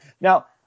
Now